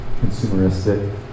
consumeristic